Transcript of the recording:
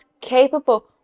capable